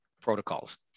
protocols